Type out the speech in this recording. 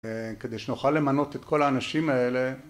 כדי שנוכל למנות את כל האנשים האלה